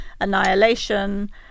annihilation